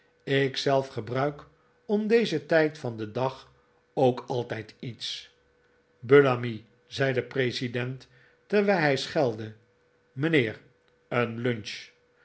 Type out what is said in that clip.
ik zelf gebruik om dezen tijd van den dag ook altijd iets rf buuamy zei de president terwijl hij schelde fr mijnheer r een lunch